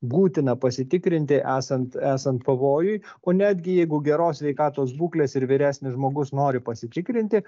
būtina pasitikrinti esant esant pavojui o netgi jeigu geros sveikatos būklės ir vyresnis žmogus nori pasitikrinti